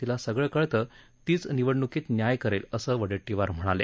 तीला सगळ कळतं तीच निवडण्कीत न्याय करेल असं वडेट्टीवार म्हणाले